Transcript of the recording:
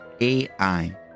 AI